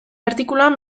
artikuluan